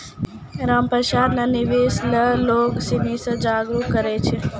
रामप्रसाद ने निवेश ल लोग सिनी के जागरूक करय छै